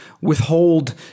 withhold